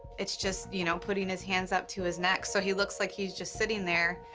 it's just, you know, putting his hands up to his neck, so he looks like he's just sitting there,